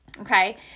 Okay